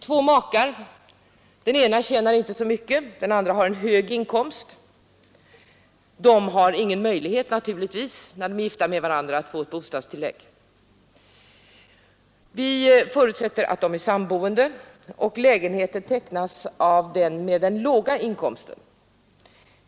Två makar, av vilka den ena inte tjänar så mycket medan den andra har en hög inkomst, har naturligtvis ingen möjlighet att få bostadstillägg när de är gifta med varandra. Vi förutsätter att de i stället är samboende och att kontraktet för lägenheten tecknas av den som har den låga inkomsten.